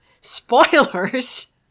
spoilers